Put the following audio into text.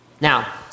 Now